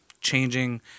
changing